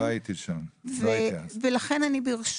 אבל לא הייתי שם, אז תגידי את הדברים בתמצית.